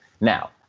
Now